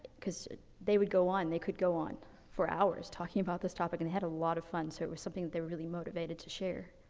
cause they would go on, they could go on for hours talking about this topic. and they had a lot of fun, so it was something that they were really motivated to share.